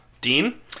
Dean